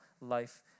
life